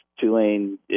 Tulane